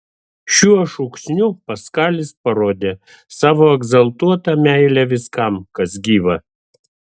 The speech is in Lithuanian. šiuo šūksniu paskalis parodė savo egzaltuotą meilę viskam kas gyva